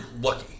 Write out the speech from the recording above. lucky